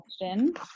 question